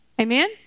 Amen